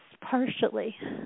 partially